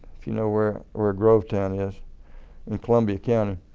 if you know where where grovetown is in columbia county.